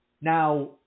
Now